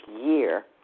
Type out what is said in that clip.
year